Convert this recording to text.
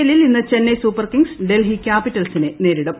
എല്ലിൽ ഇന്ന് ചെസ്റ്റൈസൂപ്പർ കിംഗ്സ് ഡൽഹി ക്യാപിറ്റൽസിനെ നേരിടും